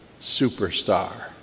Superstar